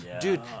dude